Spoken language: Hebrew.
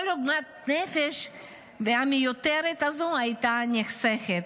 כל עוגמת הנפש המיותרת הזו הייתה נחסכת.